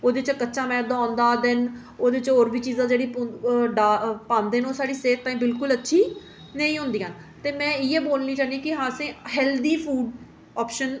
ओह्दे च कच्चा मैदा होंदा दैन्न ओह्दे च ओह् होर चीजां पांदे जेह्ड़ी ओह् साढ़ी सेह्त ताईं बिल्कुल अच्छी नेईं होंदियां ते में इ'यै बोलना चाह्न्नी कि असें हैल्थी फूड आप्शन